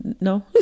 no